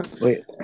wait